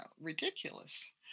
ridiculous